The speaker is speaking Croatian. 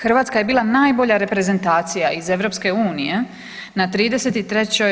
Hrvatska je bila najbolja reprezentacija iz EU na 33.